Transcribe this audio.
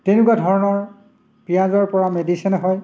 তেনেকুৱা ধৰণৰ পিঁয়াজৰ পৰা মেডিচিন হয়